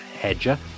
Hedger